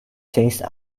changed